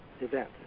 event